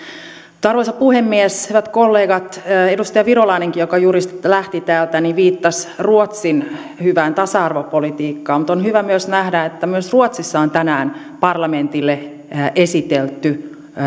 arvoisa puhemies hyvät kollegat edustaja virolainenkin joka juuri lähti täältä viittasi ruotsin hyvään tasa arvopolitiikkaan mutta on hyvä myös nähdä että myös ruotsissa on tänään parlamentille esitelty